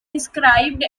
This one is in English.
described